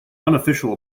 unofficial